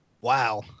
Wow